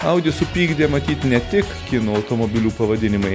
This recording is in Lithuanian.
audi supykdė matyt ne tik kinų automobilių pavadinimai